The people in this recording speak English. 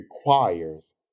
requires